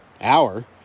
Hour